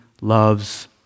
loves